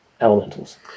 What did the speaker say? elementals